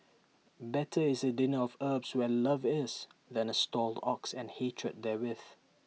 better is A dinner of herbs where love is than A stalled ox and hatred therewith